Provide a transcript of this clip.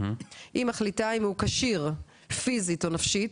היא מחליטה אם הוא כשיר פיזית או נפשית,